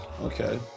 Okay